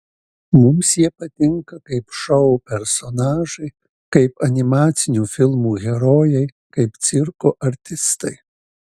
mums jie patinka kaip šou personažai kaip animacinių filmų herojai kaip cirko artistai